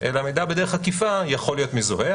אלא מידע בדרך עקיפה יכול להיות מזוהה.